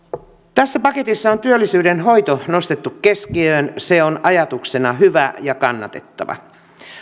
tässä paketissa on työllisyyden hoito nostettu keskiöön se on ajatuksena hyvä ja kannatettava